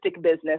business